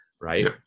Right